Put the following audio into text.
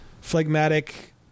phlegmatic